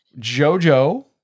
Jojo